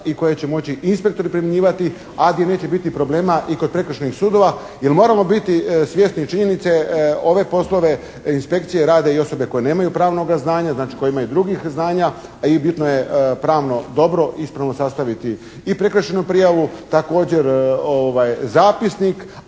i koja će moći i inspektori primjenjivati, a gdje neće biti problema i kod prekršajnih sudova, jer moramo biti svjesni činjenice ove poslove inspekcije rada i osobe koje nemaju pravnoga znanja znači koje imaju drugih znanja a i bitno je pravno, dobro i ispravno sastaviti i prekršajnu prijavu, također zapisnik